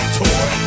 toy